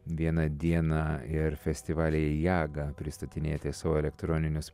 vieną dieną ir festivalyje jaga pristatinėti savo elektroninius